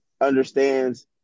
understands